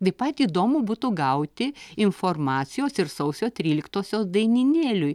taip pat įdomu būtų gauti informacijos ir sausio tryliktosios dainynėliui